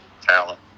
talent